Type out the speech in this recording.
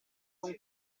con